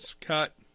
cut